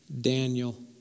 Daniel